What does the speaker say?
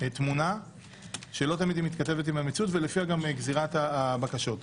תמונה שלא תמיד מתכתבת עם המציאות ולפיה גם גזירת הבקשות.